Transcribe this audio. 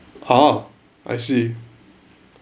ah I see